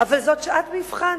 אבל זאת שעת מבחן